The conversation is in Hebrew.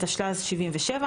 התשל"ז-1977,